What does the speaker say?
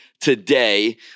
today